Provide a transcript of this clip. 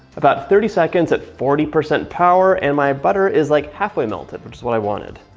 about thirty seconds at forty percent power, and my butter is like, half way melted. which is what i wanted.